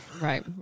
right